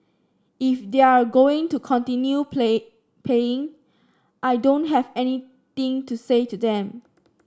if they're going to continue play paying I don't have anything to say to them